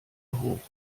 hoch